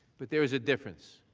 but there is a difference.